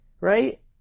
right